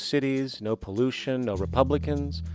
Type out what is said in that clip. cities, no pollution, no republicans.